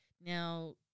Now